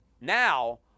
now